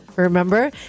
Remember